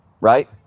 right